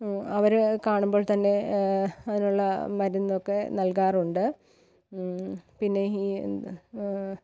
അവർ കാണുമ്പോൾ തന്നെ അതിനുള്ള മരുന്ന് ഒക്കെ നൽകാറുണ്ട് പിന്നെ